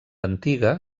antiga